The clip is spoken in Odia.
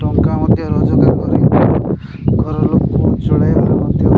ଟଙ୍କା ମଧ୍ୟ ରୋଜଗାର କରି ଘରର ଚଳାଇବାକୁ ମଧ୍ୟ